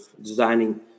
designing